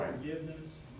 forgiveness